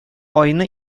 айны